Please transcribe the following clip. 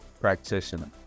Practitioner